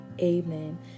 Amen